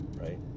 right